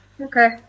okay